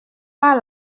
pas